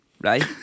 Right